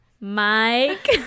mike